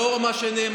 לאור מה שנאמר,